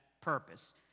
purpose